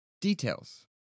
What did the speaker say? details